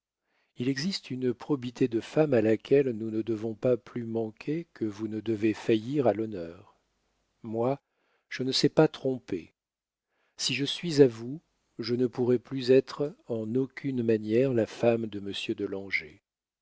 il existe une probité de femme à laquelle nous ne devons pas plus manquer que vous ne devez faillir à l'honneur moi je ne sais pas tromper si je suis à vous je ne pourrai plus être en aucune manière la femme de monsieur de langeais